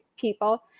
people